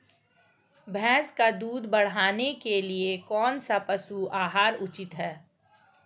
भैंस का दूध बढ़ाने के लिए कौनसा पशु आहार उचित है?